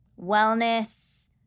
wellness